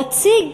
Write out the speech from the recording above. להציג